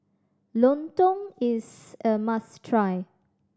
lontong is a must try